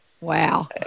Wow